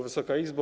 Wysoka Izbo!